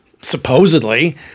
supposedly